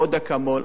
עוד אקמול,